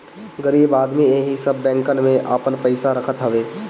गरीब आदमी एही सब बैंकन में आपन पईसा रखत हवे